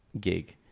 gig